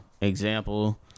example